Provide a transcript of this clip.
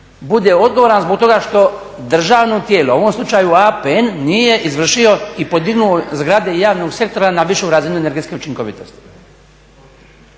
budu odgovoran zbog toga što državno tijelo, u ovom slučaju APN nije izvršio i podignu zgrade javnog sektora na višu razinu energetske učinkovitosti.